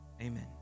Amen